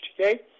okay